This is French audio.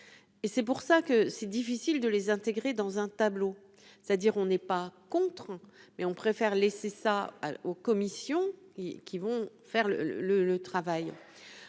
c'est pour ça que c'est difficile de les intégrer dans un tableau, c'est-à-dire on n'est pas contre, mais on préfère laisser ça aux commissions ils qui vont faire le le